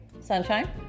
Sunshine